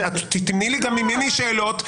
תמנעי ממני שאלות,